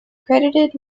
credited